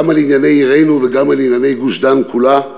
גם על ענייני עירנו וגם על ענייני גוש-דן כולו,